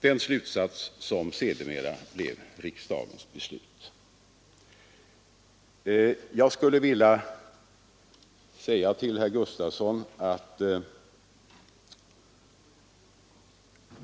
den slutsats som sedermera blev riksdagens beslut.